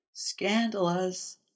Scandalous